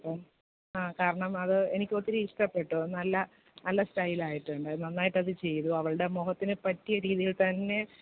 അതെ ആ കാരണം അത് എനിക്കൊത്തിരി ഇഷ്ടപ്പെട്ടു നല്ല നല്ല സ്റ്റൈലായിട്ടുണ്ട് അത് നന്നായിട്ടത് ചെയ്തു അവളുടെ മുഖത്തിന് പറ്റിയ രീതിയിൽ തന്നെ